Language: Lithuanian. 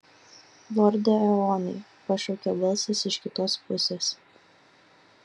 lorde eonai pašaukė balsas iš kitos pusės